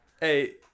hey